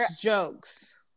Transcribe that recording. jokes